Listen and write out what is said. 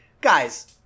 guys